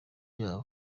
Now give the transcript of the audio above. yabo